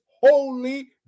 holy